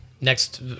Next